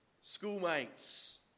schoolmates